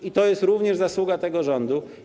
I to jest również zasługa tego rządu.